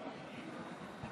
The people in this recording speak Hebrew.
הכנסת